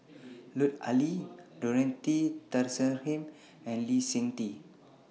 Lut Ali Dorothy Tessensohn and Lee Seng Tee